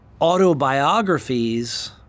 autobiographies